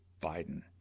Biden